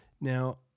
Now